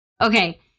Okay